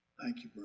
thank you,